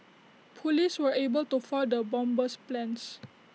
Police were able to foil the bomber's plans